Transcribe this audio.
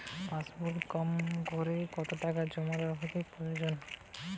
পাশবইয়ে কমকরে কত টাকা জমা রাখা প্রয়োজন?